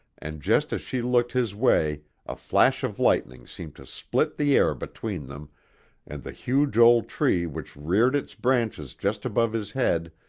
and just as she looked his way a flash of lightning seemed to split the air between them and the huge old tree which reared its branches just above his head,